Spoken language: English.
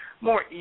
more